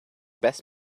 best